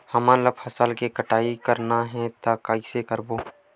हमन ला फसल के कटाई करना हे त कइसे करबो?